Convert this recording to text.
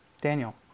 Daniel